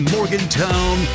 Morgantown